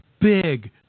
big